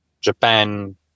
Japan